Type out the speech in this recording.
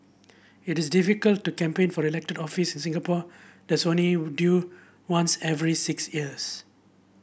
it is difficult to campaign for elected office in Singapore that's only due once every six years